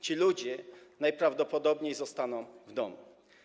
Ci ludzie najprawdopodobniej zostaną w domu.